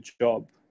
job